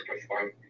perform